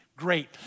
great